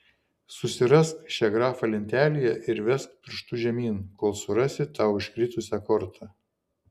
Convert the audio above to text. susirask šią grafą lentelėje ir vesk pirštu žemyn kol surasi tau iškritusią kortą